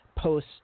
Post